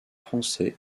français